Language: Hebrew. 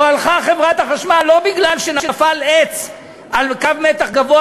או הלכה חברת החשמל, לא כי נפל עץ על קו מתח גבוה